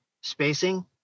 spacing